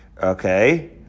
Okay